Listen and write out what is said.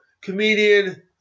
comedian